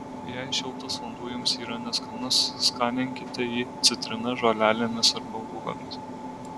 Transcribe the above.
jei šiltas vanduo jums yra neskanus skaninkite jį citrina žolelėmis arba uogomis